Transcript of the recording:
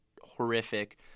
horrific